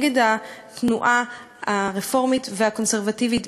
נגד התנועות הרפורמית והקונסרבטיבית,